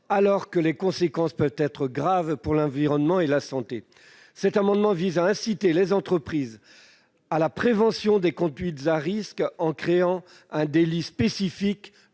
alors que les conséquences peuvent être graves pour l'environnement et la santé. Cet amendement vise à inciter les entreprises à la prévention des conduites à risque, grâce à la création d'un délit spécifique